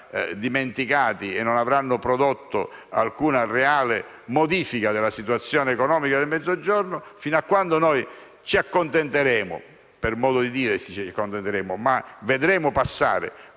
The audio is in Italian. e non avranno prodotto alcuna reale modifica della situazione economica del Mezzogiorno. Fino a quando ci accontenteremo, per così dire, di tutto questo e vedremo passare